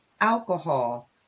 alcohol